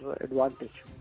advantage